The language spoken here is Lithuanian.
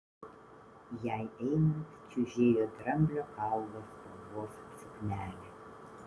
jai einant čiužėjo dramblio kaulo spalvos suknelė